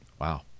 Wow